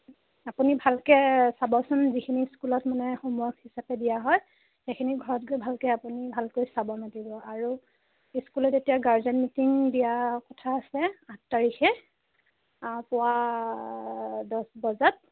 আপুনি ভালকৈ চাবচোন যিখিনি স্কুলত মানে হোমৱৰ্ক হিচাপে দিয়া হয় সেইখিনি ঘৰত গৈ ভালকৈ আপুনি ভালকৈ চাব মেলিব আৰু স্কুলত এতিয়া গাৰ্জেন মিটিং দিয়া কথা আছে আঠ তাৰিখে পুৱা দছ বজাত